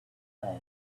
away